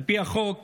על פי החוק,